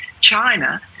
China